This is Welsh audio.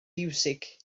fiwsig